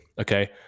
okay